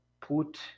put